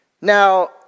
Now